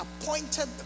appointed